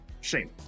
Shame